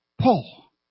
Paul